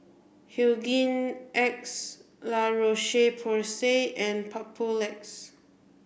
Hygin X La Roche Porsay and Papulex